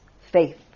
faith